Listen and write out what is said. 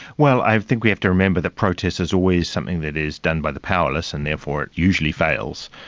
well, i think we have to remember that protest is always something that is done by the powerless and therefore it usually fails.